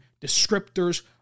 descriptors